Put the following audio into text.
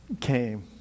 came